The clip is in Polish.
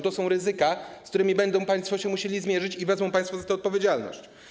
To są ryzyka, z którymi będą państwo się musieli zmierzyć i wezmą państwo za to odpowiedzialność.